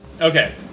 Okay